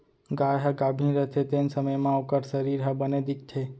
गाय ह गाभिन रथे तेन समे म ओकर सरीर ह बने दिखथे